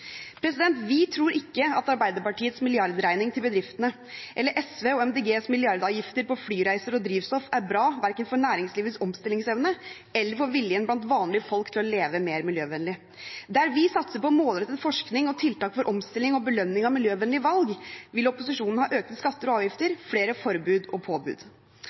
Vi tror ikke at Arbeiderpartiets milliardregning til bedriftene eller SVs og Miljøpartiet De Grønnes milliardavgifter på flyreiser og drivstoff er bra verken for næringslivets omstillingsevne eller for viljen blant vanlige folk til å leve mer miljøvennlig. Der vi satser på målrettet forskning, tiltak for omstilling og belønning av miljøvennlige valg, vil opposisjonen ha økte skatter og avgifter og flere forbud og påbud.